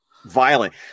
Violent